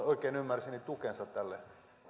oikein ymmärsin tukensa tälle